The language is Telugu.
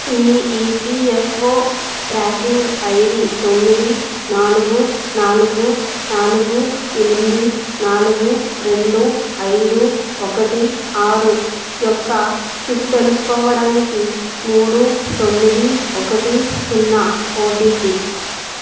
మీ ఈపీఎఫ్ఓ ట్రాకింగ్ ఐడి తొమ్మిది నాలుగు నాలుగు నాలుగు ఎనిమిది నాలుగు రెండు ఐదు ఒకటి ఆరు యొక్క స్థితి తెలుసుకోవడానికి మూడు తొమ్మిది ఒకటి సున్నా ఓటిపి